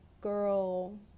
girl